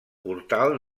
portal